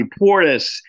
Portis